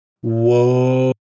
Whoa